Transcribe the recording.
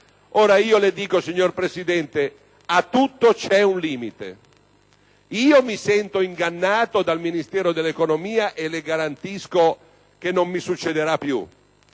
lattiero-caseari. Signor Presidente, a tutto c'è un limite. Mi sento ingannato dal Ministero dell'economia e le garantisco che non mi succederà più,